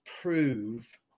prove